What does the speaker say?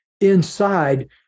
inside